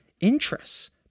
interests